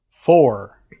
Four